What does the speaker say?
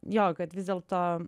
jo kad vis dėlto